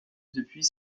depuis